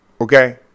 Okay